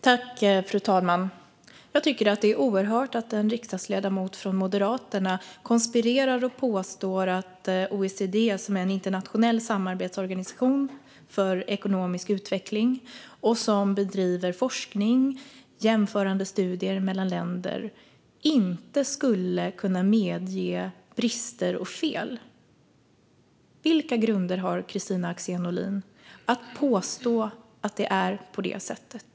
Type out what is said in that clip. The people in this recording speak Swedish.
Fru talman! Jag tycker att det är oerhört att en riksdagsledamot från Moderaterna konspirerar och påstår att OECD, som är en internationell samarbetsorganisation för ekonomisk utveckling och som bedriver forskning och jämförande studier mellan länder, inte skulle kunna medge brister och fel. Vilka grunder har Kristina Axén Olin för att påstå att det är på det sättet?